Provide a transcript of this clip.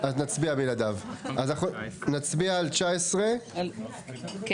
אז אנחנו מצביעים על הסתייגויות 20-22